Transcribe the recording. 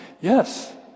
Yes